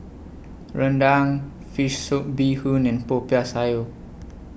Rendang Fish Soup Bee Hoon and Popiah Sayur